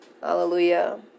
Hallelujah